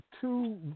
two